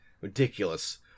Ridiculous